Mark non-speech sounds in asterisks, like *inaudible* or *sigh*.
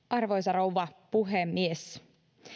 *unintelligible* arvoisa rouva puhemies